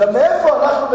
מאיפה אנחנו,